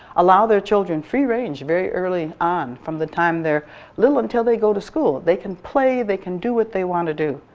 allow their children free range very early on from the time they're little until they go to school, they can play, they can do what they want to do,